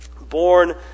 born